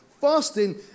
fasting